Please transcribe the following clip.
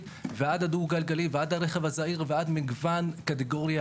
ועד הדו גלגלי ועד הרכב הזעיר ועד מגוון קטגוריה